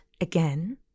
again